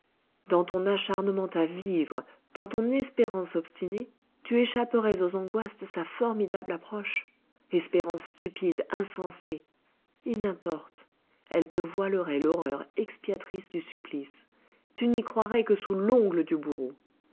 dans ton acharnement à vivre dans ton espérance obstinée tu échapperais aux angoisses de sa formidable approche espérance stupide insensée il n'importe elle te voilerait l'horreur expiatrice du supplice tu n'y croirais que sous l'ongle du bourreau